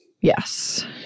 Yes